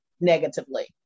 negatively